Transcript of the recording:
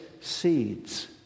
seeds